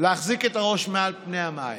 להחזיק את הראש מעל פני המים.